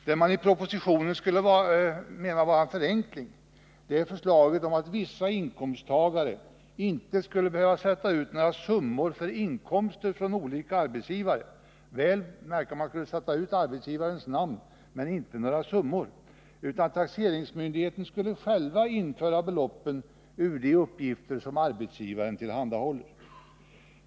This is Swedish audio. Det man i propositionen menar skulle innebära en förenkling är förslaget om att vissa inkomsttagare inte skulle behöva sätta ut några summor för inkomster från olika arbetsgivare — man kunde sätta ut arbetsgivarens namn men inte några summor — utan taxeringsmyndigheten skulle införa beloppen ur de uppgifter som arbetsgivaren tillhandahåller.